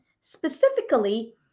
specifically